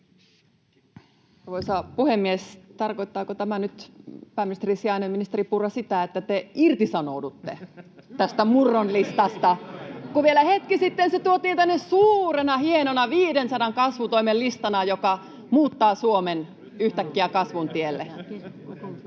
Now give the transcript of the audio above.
Tarkoittaako tämä nyt, pääministerin sijainen, ministeri Purra, sitä, että te irtisanoudutte [Hälinää — Naurua oikealta] tästä Murron listasta, kun vielä hetki sitten se tuotiin tänne suurena, hienona 500 kasvutoimen listana, joka muuttaa Suomen yhtäkkiä kasvun tielle?